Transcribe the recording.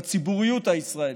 בציבוריות הישראלית,